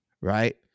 Right